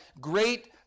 great